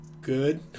good